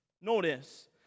Notice